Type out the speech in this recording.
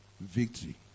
victory